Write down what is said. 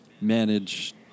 manage